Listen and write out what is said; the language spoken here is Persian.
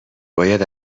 باید